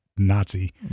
Nazi